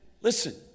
listen